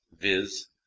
viz